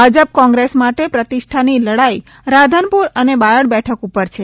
Bhajap Congress માટે પ્રતિષ્ઠાની લડાઈ રાધનપુર અને બાયડ બેઠક ઊપર છે